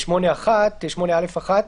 ב-8א(1).